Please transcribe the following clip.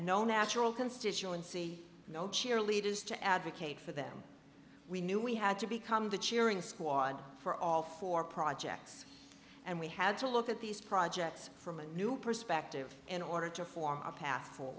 no natural constituency no cheerleaders to advocate for them we knew we had to become the cheering squad for all four projects and we had to look at these projects from a new perspective in order to form a path for